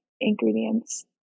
ingredients